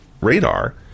radar